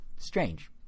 strange